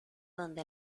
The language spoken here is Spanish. donde